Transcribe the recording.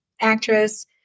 actress